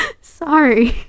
sorry